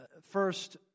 First